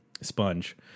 Sponge